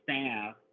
staff